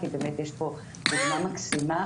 כי יש פה דוגמה מקסימה,